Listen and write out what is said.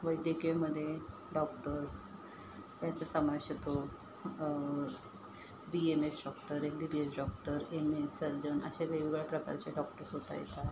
वैद्यकीयमध्ये doctor यांचं समावेश होतो B M S doctor M B B S doctor M S surgeon अशा वेगवेगळ्या प्रकारचे डॉक्टर्स होता येतात